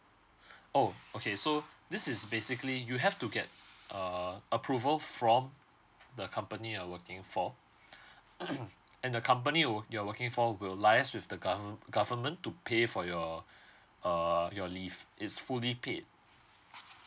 oh okay so this is basically you have to get err approval from the company you're working for and the company would you're working for will liaise with the govern~ government to pay for your err your leave it's fully paid